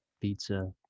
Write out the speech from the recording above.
pizza